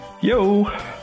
Yo